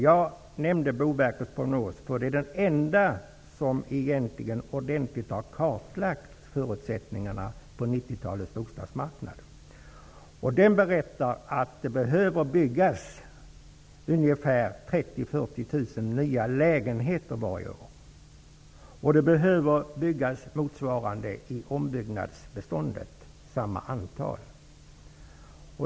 Jag nämnde Boverkets prognos för att det är den enda prognos där förutsättningarna för 1990-talets bostadsmarknad har kartlagts. I den berättas att det behöver byggas ungefär 30 000--40 000 nya lägenheter varje år. Motsvarande antal lägenheter behöver byggas om.